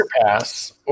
pass